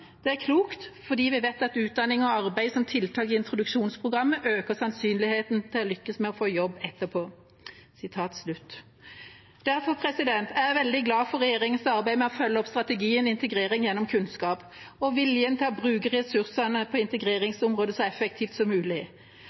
er klokt, fordi vi vet at utdanning og arbeid som tiltak i introduksjonsprogrammet øker sannsynligheten for å lykkes med å få jobb etter endt utdanning». Derfor er jeg veldig glad for regjeringens arbeid med å følge opp strategien «Integrering gjennom kunnskap» og viljen til å bruke ressursene på integreringsområdet så effektivt som mulig.